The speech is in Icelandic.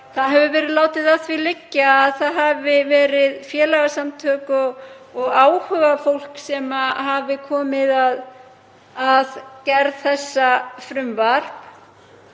látið hefur verið að því liggja að það hafi verið félagasamtök og áhugafólk sem komu að gerð þessa frumvarps.